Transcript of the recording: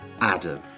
Adam